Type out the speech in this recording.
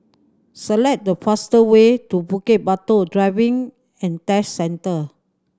select the fastest way to Bukit Batok Driving and Test Centre